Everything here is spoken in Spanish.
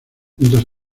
mientras